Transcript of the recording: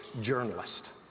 journalist